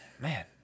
Man